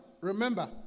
Remember